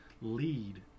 lead